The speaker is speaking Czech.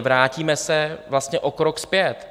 Vrátíme se vlastně o krok zpět.